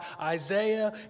Isaiah